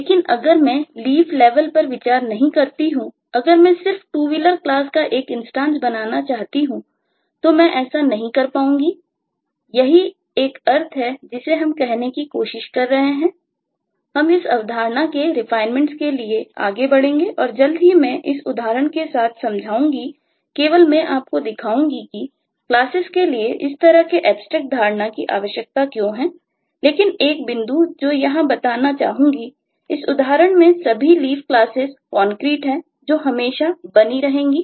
लेकिन अगर मैं लीफ लेवल हैं जो हमेशा बनी रहेंगी